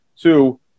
Two